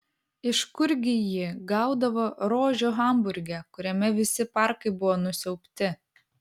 iš kurgi ji gaudavo rožių hamburge kuriame visi parkai buvo nusiaubti